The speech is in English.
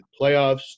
playoffs